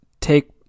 take